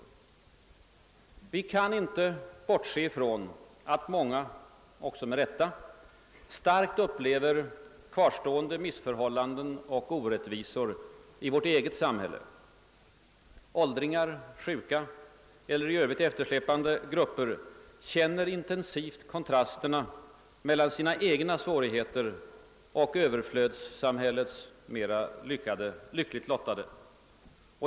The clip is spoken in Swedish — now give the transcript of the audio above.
Vi kan inte bortse ifrån att många också med rätta starkt upplever kvarstående missförhållanden och orättvisor i vårt eget samhälle. Åldringar, sjuka eller i övrigt eftersläpande känner intensivt kontrasterna mellan sina egna svårigheter och överflödssamhällets mera lyckligt lottade.